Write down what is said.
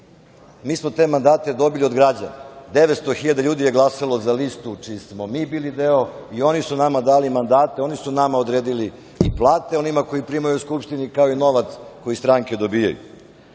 Mi smo te mandate dobili od građana, 900.000 ljudi je glasalo za listu čiji smo mi bili deo i oni su nama dali mandate, oni su nama odredili i plate, onima koji primaju u Skupštini, kao i novac koje stranke dobiju.